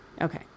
Okay